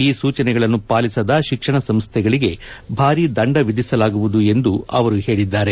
ಈ ಸೂಚನೆಗಳನ್ನು ಪಾಲಿಸದ ಶಿಕ್ಷಣ ಸಂಸ್ದೆಗಳಿಗೆ ಭಾರೀ ದಂಡ ವಿಧಿಸಲಾಗುವುದು ಎಂದು ಅವರು ಹೇಳಿದ್ದಾರೆ